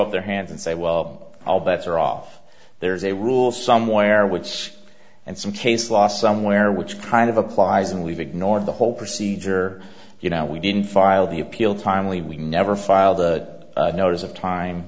up their hands and say well all bets are off there's a rule somewhere which and some case law somewhere which kind of applies and we've ignored the whole procedure you know we didn't file the appeal timely we never filed a notice of time